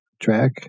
track